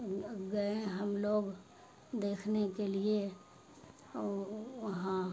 گئے ہم لوگ دیکھنے کے لیے وہاں